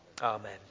Amen